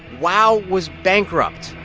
wow was bankrupt.